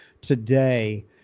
today